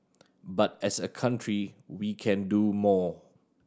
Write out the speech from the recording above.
but as a country we can do more